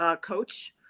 coach